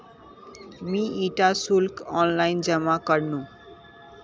मी इटा शुल्क ऑनलाइन जमा करनु